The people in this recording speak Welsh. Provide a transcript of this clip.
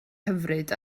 hyfryd